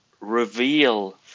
reveal